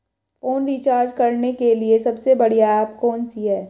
Phone recharge करने के लिए सबसे बढ़िया ऐप कौन सी है?